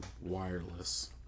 wireless